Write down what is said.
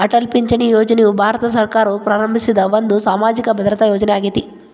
ಅಟಲ್ ಪಿಂಚಣಿ ಯೋಜನೆಯು ಭಾರತ ಸರ್ಕಾರವು ಪ್ರಾರಂಭಿಸಿದ ಒಂದು ಸಾಮಾಜಿಕ ಭದ್ರತಾ ಯೋಜನೆ ಆಗೇತಿ